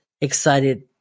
excited